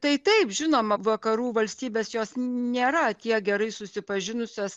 tai taip žinoma vakarų valstybės jos nėra tiek gerai susipažinusios